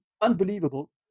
unbelievable